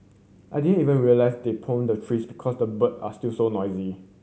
I didn't even realise they pruned the trees because the bird are still so noisy